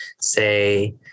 say